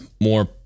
more